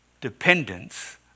dependence